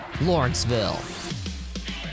Lawrenceville